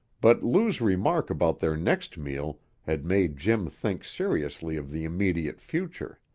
but lou's remark about their next meal had made jim think seriously of the immediate future.